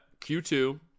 q2